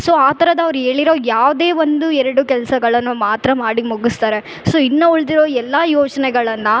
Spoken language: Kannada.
ಸೊ ಆ ಥರದವ್ರ್ ಹೇಳಿರೋ ಯಾವುದೇ ಒಂದು ಎರಡು ಕೆಲಸಗಳನ್ನು ಮಾತ್ರ ಮಾಡಿ ಮುಗಿಸ್ತಾರೆ ಸೊ ಇನ್ನು ಉಳಿದಿರೋ ಎಲ್ಲ ಯೋಜನೆಗಳನ್ನ